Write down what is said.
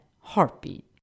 heartbeat